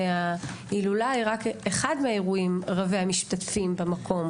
וההילולה היא רק אחד מהאירועים רבי המשתתפים במקום.